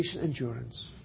endurance